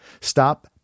Stop